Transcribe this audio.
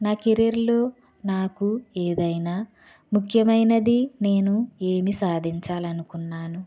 నా కెరియర్లో నాకు ఏదైనా ముఖ్యమైనది నేను ఏమి సాధించాలనుకున్నాను